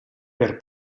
per